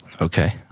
okay